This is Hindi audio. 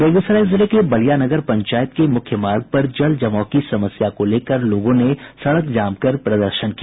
बेगूसराय जिले के बलिया नगर पंचायत के मुख्य मार्ग पर जल जमाव की समस्या को लेकर लोगों ने सड़क जाम कर प्रदर्शन किया